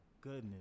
goodness